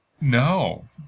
no